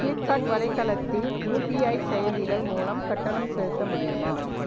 Flipkart வலைத்தளத்தில் UPI செயலிகள் மூலம் கட்டணம் செலுத்த முடியுமா